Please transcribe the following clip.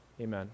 Amen